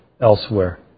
elsewhere